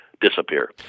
disappear